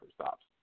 stops